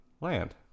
land